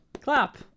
clap